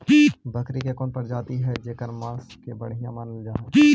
बकरी के कौन प्रजाति हई जेकर मांस के बढ़िया मानल जा हई?